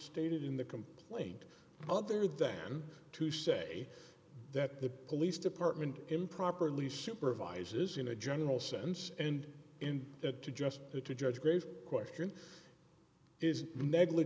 stated in the complaint other than to say that the police department improperly supervises in a general sense and in at to just it to judge grave question is neg